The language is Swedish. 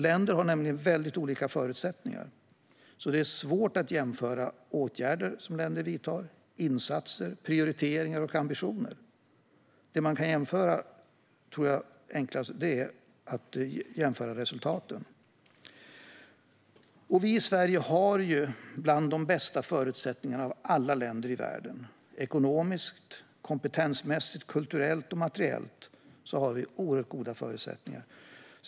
Länder har nämligen väldigt olika förutsättningar, så det är svårt att jämföra åtgärder som länder vidtar, insatser, prioriteringar och ambitioner. Det man enklast kan jämföra är, tror jag, resultaten. Vi i Sverige har bland de bästa förutsättningarna av alla länder i världen. Ekonomiskt, kompetensmässigt, kulturellt och materiellt har vi oerhört goda förutsättningar.